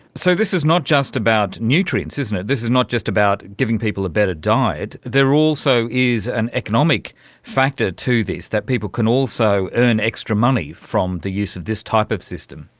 so this is not just about nutrients, is and it, this is not just about giving people a better diet, there also is an economic factor to this, that people can also earn extra money from the use of this type of system.